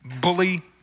bully